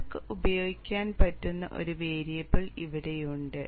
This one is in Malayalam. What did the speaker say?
നമുക്ക് ഉപയോഗിക്കാൻ പറ്റുന്ന ഒരു വേരിയബിൾ ഇവിടെയുണ്ട്